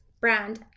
brand